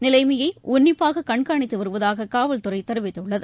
நிலைமையை உன்னிப்பாக கண்காணித்து வருவதாக காவல்துறை தெரிவித்துள்ளது